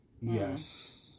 Yes